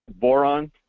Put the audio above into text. boron